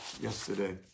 yesterday